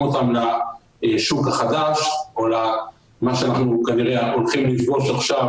אותם לשוק החדש או למה שאנחנו כנראה הולכים לפגוש עכשיו,